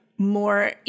More